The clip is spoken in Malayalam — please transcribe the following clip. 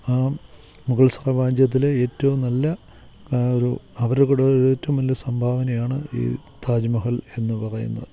ആ മുഗൾ സാമ്രാജ്യത്തിലെ ഏറ്റവും നല്ല ഒരു അവരുടെ കൂടെ ഏറ്റവും വലിയ സംഭാവനയാണ് ഈ താജ് മഹൽ എന്നു പറയുന്നത്